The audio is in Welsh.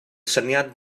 syniad